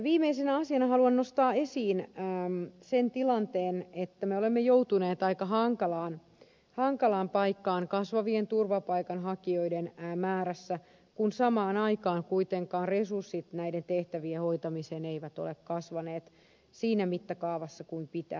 viimeisenä asiana haluan nostaa esiin sen tilanteen että me olemme joutuneet aika hankalaan paikkaan kasvavassa turvapaikan hakijoiden määrässä kun samaan aikaan kuitenkaan resurssit näiden tehtävien hoitamiseen eivät ole kasvaneet siinä mittakaavassa kuin pitäisi